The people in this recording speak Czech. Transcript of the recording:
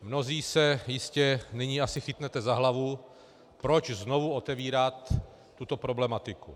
Mnozí se jistě asi chytnete za hlavu, proč znovu otevírat tuto problematiku.